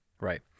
Right